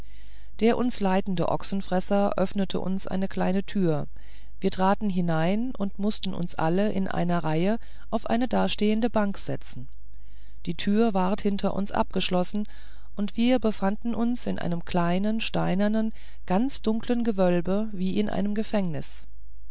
der uns leitende ochsenfresser öffnete uns eine kleine türe wir traten hinein und mußten uns alle in einer reihe auf eine dastehende bank setzen die tür ward hinter uns abgeschlossen und wir befanden uns in einem kleinen steinernen ganz dunklen gewölbe wie in einem gefängnis